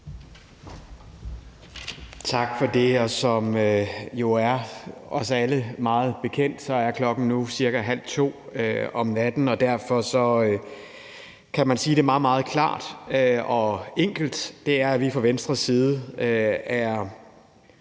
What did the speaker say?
Tak for det. Som det jo er os alle meget bekendt, er klokken nu ca. 01.30 om natten, og derfor kan man sige det meget, meget klart og enkelt: Vi tager fra Venstre side dyb